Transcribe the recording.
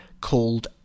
called